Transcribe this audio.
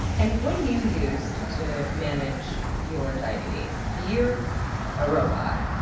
and what do you use to manage your diabetes? you're a robot,